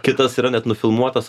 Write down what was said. kitas yra net nufilmuotas